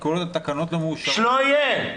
כי כל עוד התקנות לא מאושרות --- שלא יהיה.